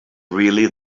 really